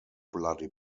bloody